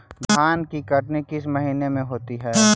धान की कटनी किस महीने में होती है?